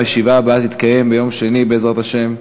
הישיבה הבאה תתקיים, בעזרת השם,